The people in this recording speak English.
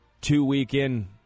two-week-in